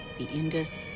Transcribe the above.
the indus,